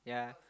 yeah